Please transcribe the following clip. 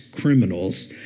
criminals